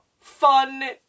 fun